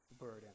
burden